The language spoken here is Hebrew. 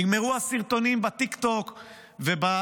נגמרו הסרטונים בטיק טוק ובאינסטגרם